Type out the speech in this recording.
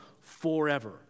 forever